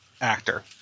actor